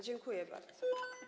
Dziękuję bardzo.